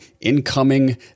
incoming